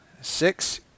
Six